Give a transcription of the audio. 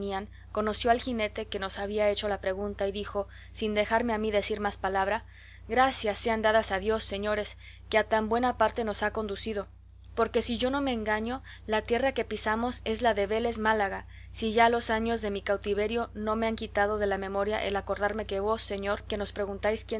conoció al jinete que nos había hecho la pregunta y dijo sin dejarme a mí decir más palabra gracias sean dadas a dios señores que a tan buena parte nos ha conducido porque si yo no me engaño la tierra que pisamos es la de vélez málaga si ya los años de mi cautiverio no me han quitado de la memoria el acordarme que vos señor que nos preguntáis